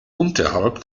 unterhalb